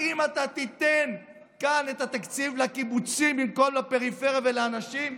האם אתה תיתן כאן את התקציב לקיבוצים במקום לפריפריה ולאנשים?